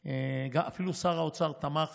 אפילו שר האוצר תמך